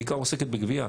בעיקר עוסקת בגבייה,